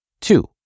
Two